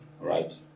right